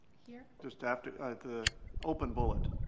here? just after. at the open bullet.